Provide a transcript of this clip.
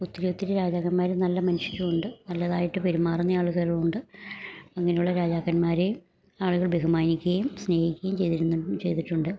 ഒത്തിരി ഒത്തിരി രാജാക്കന്മാര് നല്ല മനുഷ്യരുവുണ്ട് നല്ലതായിട്ട് പെരുമാറുന്ന ആളുകളുവുണ്ട് അങ്ങനെയുള്ള രാജാക്കന്മാരേം ആള്കൾ ബഹുമാനിക്കുകയും സ്നേഹിക്കുകയും ചെയ്തിരുന്നു ചെയ്തിട്ടുണ്ട്